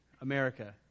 America